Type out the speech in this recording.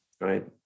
right